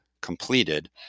completed